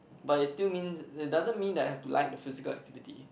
but it's still means that doesn't mean they have to like the physical activity